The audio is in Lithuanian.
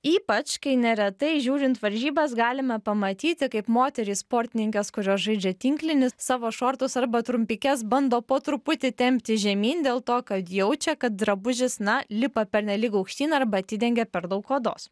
ypač kai neretai žiūrint varžybas galime pamatyti kaip moterys sportininkės kurios žaidžia tinklinį savo šortus arba trumpikes bando po truputį tempti žemyn dėl to kad jaučia kad drabužis na lipa pernelyg aukštyn arba atidengė per daug odos